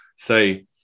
say